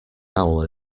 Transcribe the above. owl